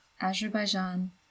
Azerbaijan